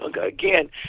again